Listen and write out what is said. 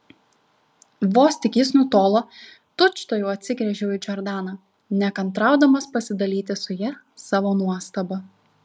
vos tik jis nutolo tučtuojau atsigręžiau į džordaną nekantraudamas pasidalyti su ja savo nuostaba